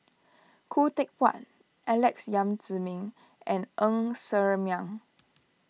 Khoo Teck Puat Alex Yam Ziming and Ng Ser Miang